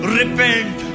repent